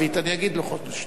אני אגיד לו "חודש טוב".